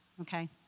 okay